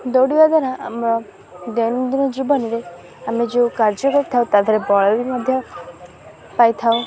ଦୌଡ଼ିବା ଦ୍ୱାରା ଆମ ଦୈନନ୍ଦିନ ଜୀବନରେ ଆମେ ଯେଉଁ କାର୍ଯ୍ୟ କରିଥାଉ ତା ଧିହରେ ବଳ ବି ମଧ୍ୟ ପାଇଥାଉ